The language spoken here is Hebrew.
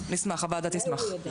הוועדה תשמח.